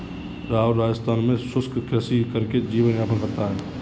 राहुल राजस्थान में शुष्क कृषि करके जीवन यापन करता है